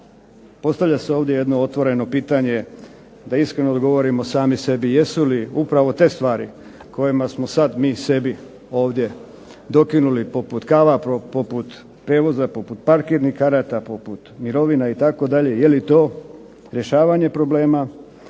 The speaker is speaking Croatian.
Postavlja se ovdje jedno otvoreno pitanje da iskreno odgovorimo sami sebi jesu li upravo te stvari kojima smo sad mi sebi ovdje dokinuli poput kava, poput prijevoza, poput parkirnih karata, poput mirovina itd., je li to rješavanje problema,